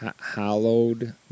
Hallowed